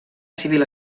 civil